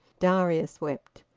darius wept.